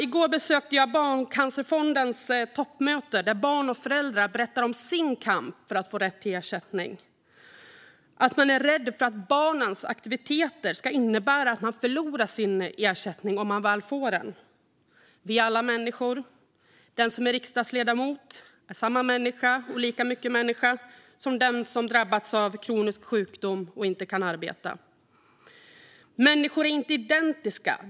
I går besökte jag Barncancerfondens toppmöte där barn och föräldrar berättade om sin kamp för att få rätt till ersättning. De berättade att man är rädd för att barnens aktiviteter ska innebära att man förlorar sin ersättning, om man väl får en. Vi är alla människor. Den som är riksdagsledamot är lika mycket människa som den som drabbats av kronisk sjukdom och inte kan arbeta. Människor är inte identiska.